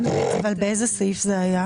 באיזה סעיף זה היה?